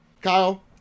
Kyle